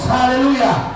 Hallelujah